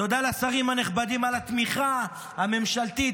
תודה לשרים הנכבדים על התמיכה הממשלתית,